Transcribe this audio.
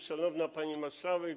Szanowna Pani Marszałek!